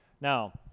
Now